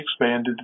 expanded